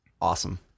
awesome